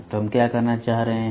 तो हम क्या कहना चाह रहे हैं